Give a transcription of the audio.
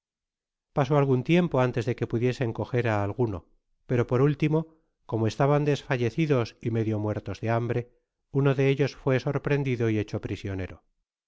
pasó algun tiempo antes de que pudiesen coger á alguno pero por último como estaban desfallecidos y medio muertos de hambre uno de ellos fué sorprendido y hecho prisionero